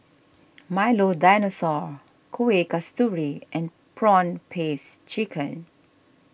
Milo Dinosaur Kueh Kasturi and Prawn Paste Chicken